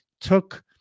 took